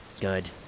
good